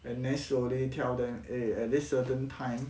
and then slowly tell them eh at this certain time